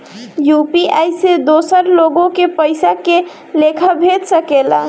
UPI से दोसर लोग के पइसा के लेखा भेज सकेला?